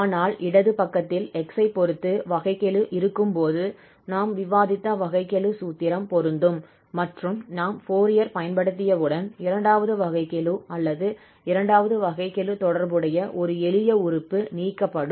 ஆனால் இடது பக்கத்தில் x ஐப் பொறுத்து வகைக்கெழு இருக்கும்போது நாம் விவாதித்த வகைக்கெழு சூத்திரம் பொருந்தும் மற்றும் நாம் ஃபோரியர் பயன்படுத்தியவுடன் இரண்டாவது வகைக்கெழு அல்லது இரண்டாவது வகைக்கெழு தொடர்புடைய ஒரு எளிய உறுப்பு நீக்கப்படும்